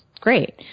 great